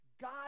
God